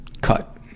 cut